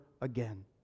again